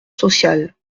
sociale